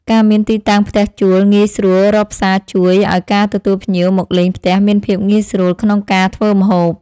ការមានទីតាំងផ្ទះជួលងាយស្រួលរកផ្សារជួយឱ្យការទទួលភ្ញៀវមកលេងផ្ទះមានភាពងាយស្រួលក្នុងការធ្វើម្ហូប។